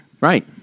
Right